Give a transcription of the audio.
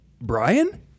Brian